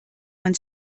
man